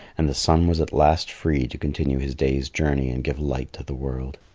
and the sun was at last free to continue his day's journey and give light to the world.